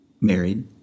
married